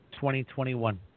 2021